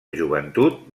joventut